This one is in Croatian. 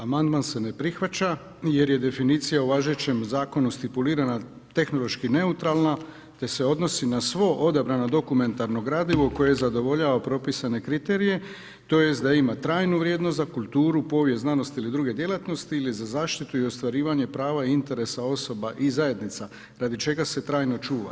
Amandman se ne prihvaća jer je definicija u važećem Zakonu ... tehnološki neutralna, te se odnosi na svo odabrano dokumentarno gradivo koje zadovoljava propisane kriterije tj. da ima trajnu vrijednost za kulturu, povijest, znanost ili druge djelatnosti ili za zaštitu i ostvarivanje prava i interesa osoba i zajednica radi čega se trajno čuva.